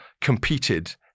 competed